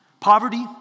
Poverty